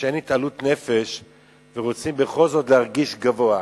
כשאין התעלות נפש ורוצים בכל זאת להרגיש גבוה,